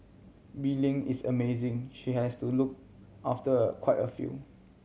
Bee Ling is amazing she has to look after a quite a few